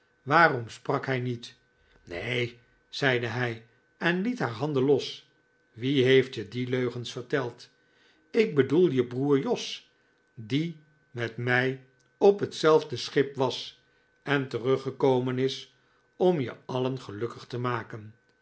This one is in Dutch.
waarom sprak hij niet neen zeide hij en liet haar handen los wie heeft je die leugens verteld ik bedoel je broer jos die met mij op hetzelfde schip was en teruggekomen is om je alien gelukkig te maken